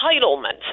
entitlement